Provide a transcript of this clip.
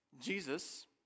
Jesus